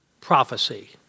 prophecy